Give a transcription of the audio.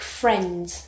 friends